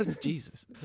Jesus